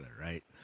right